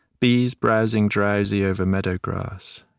bees browsing drowsy over meadow grass.